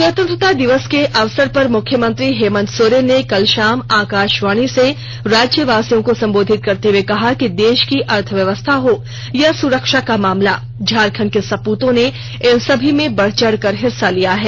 स्वतंत्रता दिवस के अवसर पर मुख्यमंत्री हेमंत सोरेन ने कल शाम आकाशवाणी से राज्यवासियों को संबोधित करते हुए कहा कि देश की अर्थव्यवस्था हो या सुरक्षा का मामला झारखंड के सपूतों ने इन सभी में बढ़ चढ़कर हिस्सा लिया है